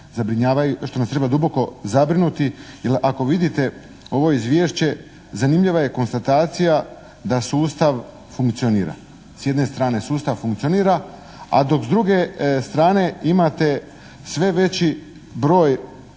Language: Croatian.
što nas treba duboko zabrinuti jer ako vidite ovo Izvješće zanimljiva je konstatacija da sustav funkcionira. S jedne strane sustav funkcionira, a dok s druge strane imate sve veći broj